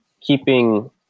keeping